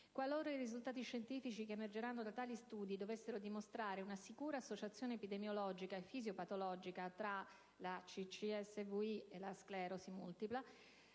Qualora i risultati scientifici che emergeranno da tali studi dovessero dimostrare una sicura associazione epidemiologica e fisiopatologica tra la CCSVI e la sclerosi multipla,